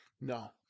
no